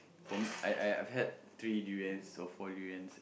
for me I I I've had three durian or four durian